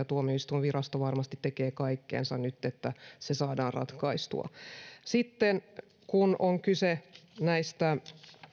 tuomioistuinvirasto varmasti tekee nyt kaikkensa että se saadaan ratkaistua sitten kun on kyse näistä